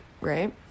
right